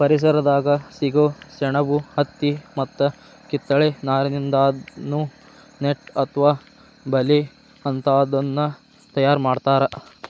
ಪರಿಸರದಾಗ ಸಿಗೋ ಸೆಣಬು ಹತ್ತಿ ಮತ್ತ ಕಿತ್ತಳೆ ನಾರಿನಿಂದಾನು ನೆಟ್ ಅತ್ವ ಬಲೇ ಅಂತಾದನ್ನ ತಯಾರ್ ಮಾಡ್ತಾರ